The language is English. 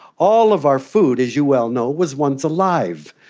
all of our food, as you well know, was once alive.